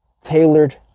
tailored